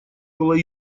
была